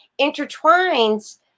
intertwines